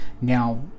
now